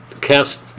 cast